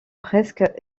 presque